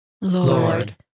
Lord